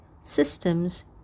systems